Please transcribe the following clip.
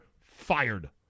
Fired